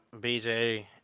BJ